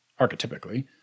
archetypically